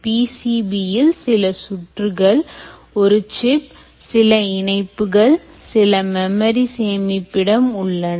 PCB இல் சில சுற்றுகள் ஒரு chip சில இணைப்புகள் சில மெமரி சேமிப்பிடம் உள்ளன